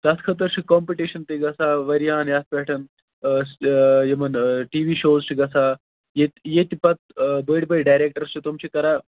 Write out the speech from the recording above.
تَتھ خٲطر چھُ کَمپِٹِشَن تہِ گَژھان واریاہَن یَتھ پٮ۪ٹھ یِمَن ٹی وی شوز چھِ گَژھان ییٚتہِ ییٚتہِ پَتہٕ بٔڑۍ بٔڑۍ ڈیریکٹَر چھِ تِم چھِ کَران